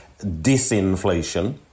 disinflation